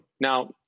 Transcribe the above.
Now